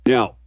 Now